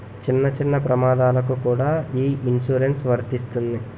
చిన్న చిన్న ప్రమాదాలకు కూడా ఈ ఇన్సురెన్సు వర్తిస్తుంది